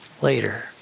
Later